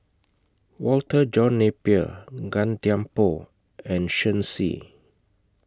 Walter John Napier Gan Thiam Poh and Shen Xi